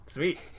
Sweet